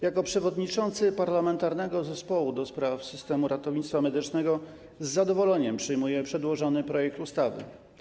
Jako przewodniczący Parlamentarnego Zespołu do spraw Systemu Ratownictwa Medycznego z zadowoleniem przyjmuję przedłożony projekt ustawy.